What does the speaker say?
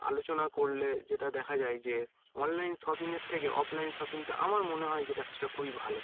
আলোচনা করলে যেটা দেখা যায় যে অনলাইন শপিং এর থেকে অফলাইন শপিংটা আমার মনে হয় যেটা সেটা খুবই ভালো